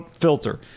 filter